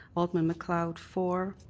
alderman macleod for,